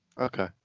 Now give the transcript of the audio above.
Okay